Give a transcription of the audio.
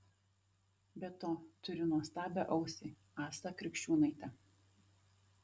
be to turiu nuostabią ausį astą krikščiūnaitę